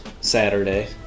Saturday